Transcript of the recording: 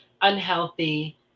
unhealthy